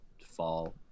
fall